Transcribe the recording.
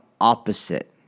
opposite